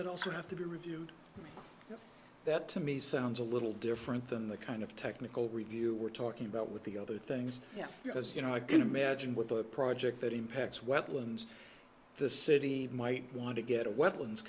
that also have to be reviewed that to me sounds a little different than the kind of technical review we're talking about with the other things because you know i can imagine with the project that impacts weapons the city might want to get a wetlands